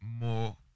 more